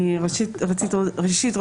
ראשית,